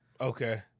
Okay